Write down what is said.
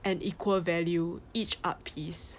an equal value each art piece